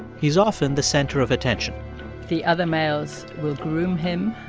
he's often the center of attention the other males will groom him.